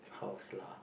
house lah